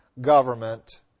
government